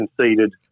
Conceded